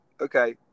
okay